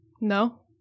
No